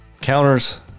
counters